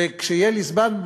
וכשיהיה לי זמן,